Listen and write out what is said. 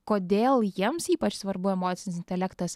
kodėl jiems ypač svarbu emocinis intelektas